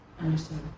Understood